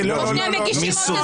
כל שנייה אתם מגישים עוד תזכיר.